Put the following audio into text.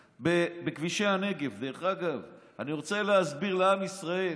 בכבישי הנגב, דרך אגב, אני רוצה להסביר לעם ישראל: